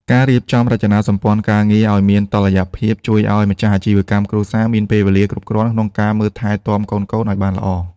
ការរៀបចំរចនាសម្ព័ន្ធការងារឱ្យមានតុល្យភាព ជួយឱ្យម្ចាស់អាជីវកម្មគ្រួសារមានពេលវេលាគ្រប់គ្រាន់ក្នុងការមើលថែទាំកូនៗឱ្យបានល្អ។